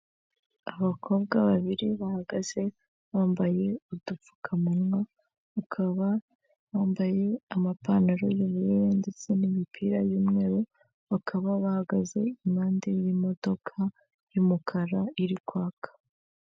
Abakobwa babiri bahagaze bambaye udupfukamunwa, bakaba bambaye amapantaro y'ubururu ndetse n'imipira y'umweru, bakaba bahagaze impande y'imodoka y'umukara iri kwaka.